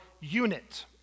unit